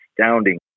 astounding